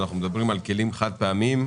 התשפ"ב-2021 (כלים חד- פעמיים).